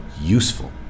useful